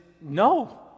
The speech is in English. no